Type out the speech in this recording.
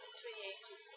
created